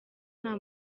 nta